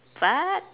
what